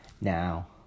Now